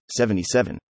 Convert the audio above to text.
77